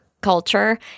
culture